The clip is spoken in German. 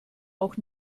auch